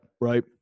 Right